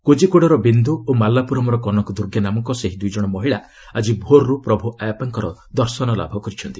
କୋଜିକୋଡେର ବିନ୍ଦୁ ଓ ମାଲାପୁରମର କନକଦୁର୍ଗେ ନାମକ ସେହି ଦୁଇ ମହିଳା ଆଜି ଭୋର୍ରୁ ପ୍ରଭ୍ ଆୟାପ୍ପାଙ୍କର ଦର୍ଶନଲାଭ କରିଛନ୍ତି